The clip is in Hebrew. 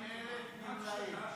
250,000 גמלאים.